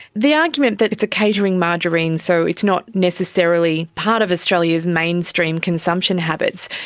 the argument that it's a catering margarine, so it's not necessarily part of australia's mainstream consumption habits,